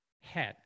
head